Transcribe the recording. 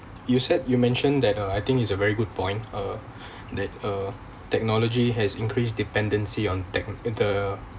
you said you mentioned that uh I think it's a very good point uh that uh technology has increased dependency on tech~ the